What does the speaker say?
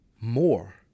more